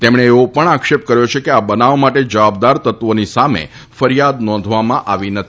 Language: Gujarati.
તેમણે એવો પણ આક્ષેપ કર્યો છે કે આ બનાવ માટે જવાબદાર તત્વોની સામે ફરિયાદ નોંધવામાં આવી નથી